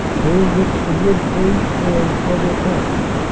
during which the wood changed hands several times.